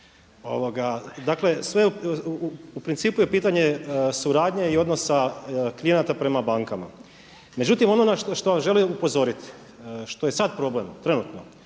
Dakle sve u principu je pitanje suradnje i odnosa klijenata prema bankama. Međutim ono na što vam želim upozoriti, što je sada problem, trenutno,